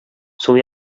сул